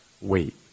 wait